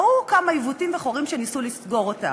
ראו כמה עיוותים וחורים וניסו לסגור אותם,